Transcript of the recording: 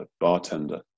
bartender